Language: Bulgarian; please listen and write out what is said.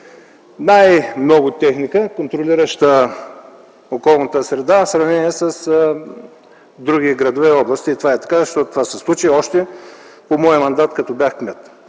най-много техника, контролираща околната среда в сравнение с други градове и области. Това е така, защото това се случи още по време на моя мандат, когато бях кмет.